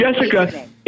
Jessica